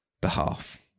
behalf